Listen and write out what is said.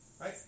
right